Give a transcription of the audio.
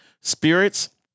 spirits